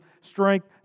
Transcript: strength